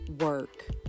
work